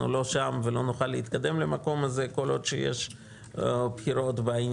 לא שם ולא נוכל להתקדם למקום הזה כל עוד שיש בחירות אבל